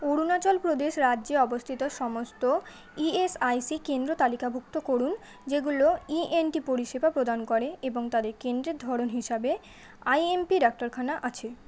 অরুণাচল প্রদেশ রাজ্যে অবস্থিত সমস্ত ইএসআইসি কেন্দ্র তালিকাভুক্ত করুন যেগুলো ইএনটি পরিষেবা প্রদান করে এবং তাদের কেন্দ্রের ধরন হিসাবে আইএমপি ডাক্তারখানা আছে